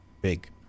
Big